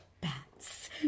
Bats